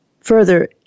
further